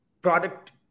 product